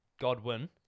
Godwin